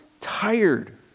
tired